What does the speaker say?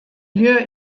lju